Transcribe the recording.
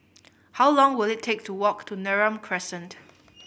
how long will it take to walk to Neram Crescent